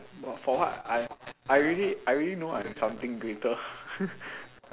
but for what I I already I already know I am something greater